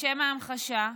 לשם ההמחשה,